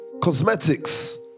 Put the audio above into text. cosmetics